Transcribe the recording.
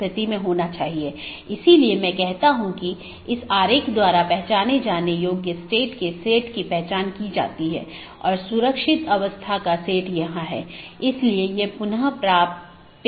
अंत में ऐसा करने के लिए आप देखते हैं कि यह केवल बाहरी नहीं है तो यह एक बार जब यह प्रवेश करता है तो यह नेटवर्क के साथ घूमता है और कुछ अन्य राउटरों पर जाता है